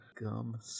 gum